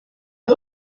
est